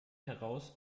heraus